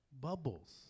Bubbles